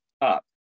up